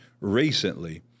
recently